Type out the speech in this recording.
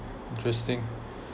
interesting